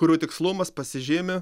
kurių tikslumas pasižymi